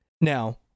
Now